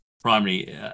primary